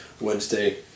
Wednesday